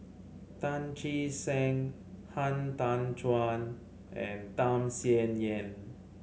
Tan Che Sang Han Tan Juan and Tham Sien Yen